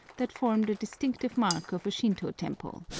that form the distinctive mark of a shinto temple.